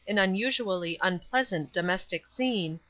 an unusually unpleasant domestic scene,